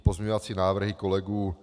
Pozměňovací návrhy kolegů